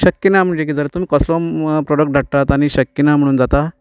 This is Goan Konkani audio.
शक्य ना म्हणजे कितें जालें तुमी कसलो प्रॉडक्ट धाडटात आनी शक्य ना म्हणून जाता